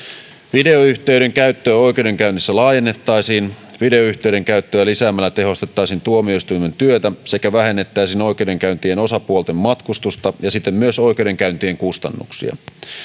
videoyhteyden käyttöä oikeudenkäynnissä laajennettaisiin videoyhteyden käyttöä lisäämällä tehostettaisiin tuomioistuimen työtä sekä vähennettäisiin oikeudenkäyntien osapuolten matkustusta ja siten myös oikeudenkäyntien kustannuksia